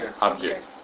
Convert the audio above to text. Object